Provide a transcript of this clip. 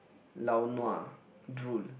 lao nua drool